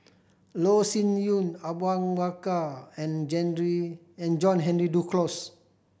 Loh Sin Yun Awang Bakar and and John Henry Duclos